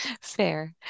Fair